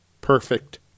perfect